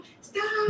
stop